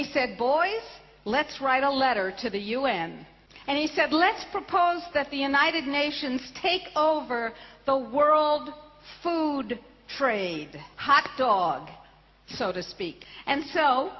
and he said boy let's write a letter to the u n and he said let's propose that the united nations take over the world food trade hotdog so to speak and so